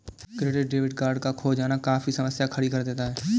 credit debit card का खो जाना काफी समस्या खड़ी कर देता है